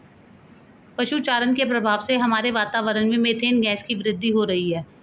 पशु चारण के प्रभाव से हमारे वातावरण में मेथेन गैस की वृद्धि हो रही है